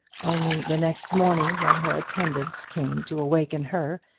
only the next morning, when her attendants came to awaken her,